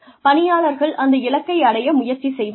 பணியாளர்கள் அந்த இலக்கை அடைய முயற்சி செய்வார்கள்